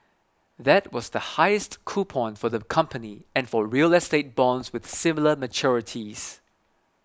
that was the highest coupon for the company and for real estate bonds with similar maturities